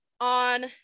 on